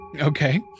Okay